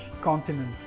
continent